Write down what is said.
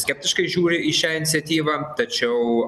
skeptiškai žiūri į šią iniciatyvą tačiau